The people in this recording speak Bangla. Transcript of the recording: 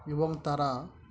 এবং তারা